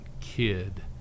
kid